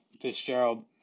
Fitzgerald